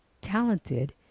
talented